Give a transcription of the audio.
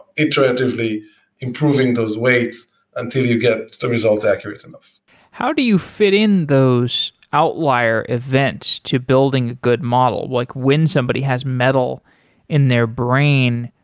iteratively improving those weights until you get the results accurate enough how do you fit in those outlier events to building a good model? like when somebody has metal in their brain,